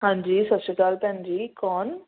ਹਾਂਜੀ ਸਤਿ ਸ਼੍ਰੀ ਅਕਾਲ ਭੈਣ ਜੀ ਕੌਣ